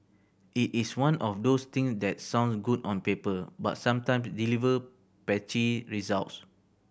it is one of those things that sounds good on paper but sometime deliver patchy results